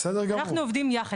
אנחנו עובדים ביחד.